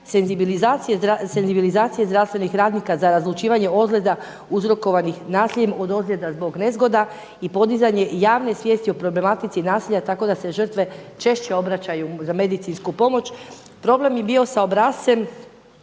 senzibilizacije zdravstvenih radnika za razlučivanje ozljeda uzrokovanih nasiljem od ozljeda zbog nezgoda i podizanje javne svijesti o problematici nasilja tako da se žrtve češće obraćaju za medicinsku pomoć. Problem je bio sa obrascem